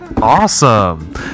awesome